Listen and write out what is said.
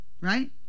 right